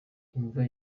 imva